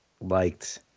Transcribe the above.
liked